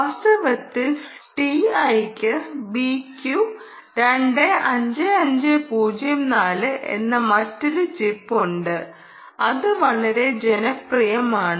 വാസ്തവത്തിൽ ടിഐക്ക് BQ 25504 എന്ന മറ്റൊരു ചിപ്പ് ഉണ്ട് അത് വളരെ ജനപ്രിയമാണ്